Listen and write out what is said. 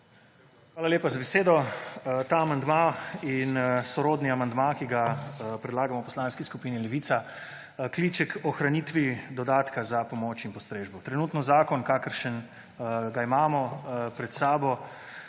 Hvala lepa za besedo. Ta amandma in sorodni amandma, ki ga predlagamo v Poslanski skupni Levica, kliče k ohranitvi dodatka za pomoč in postrežbo. Trenutno zakon kakršen ga imamo pred sabo,